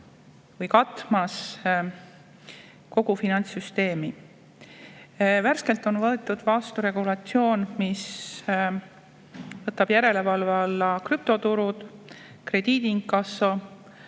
või katmas kogu finantssüsteemi. Värskelt on võetud vastu regulatsioon, mis võtab järelevalve alla krüptoturud, krediidiinkasso.